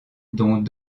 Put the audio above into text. dont